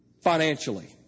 financially